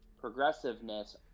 progressiveness